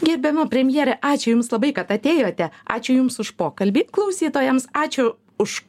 gerbiama premjere ačiū jums labai kad atėjote ačiū jums už pokalbį klausytojams ačiū už